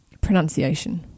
Pronunciation